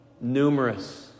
numerous